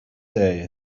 there